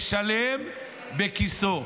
ישלם בכיסו.